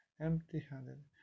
empty-handed